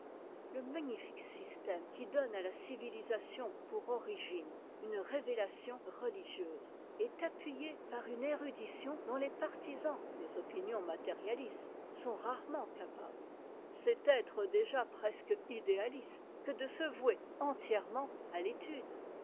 le magnifique système qui donne à la civilisation pour origine une révélation religieuse est appuyé par une érudition dont les partisans des opinions matérialistes sont rarement capables c'est être déjà presque idéaliste que de se vouer entièrement à l'étude